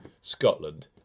Scotland